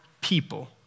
people